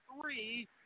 three